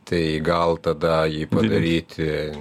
tai gal tada jį padaryti